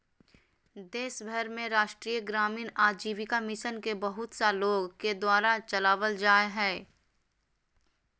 देश भर में राष्ट्रीय ग्रामीण आजीविका मिशन के बहुत सा लोग के द्वारा चलावल जा हइ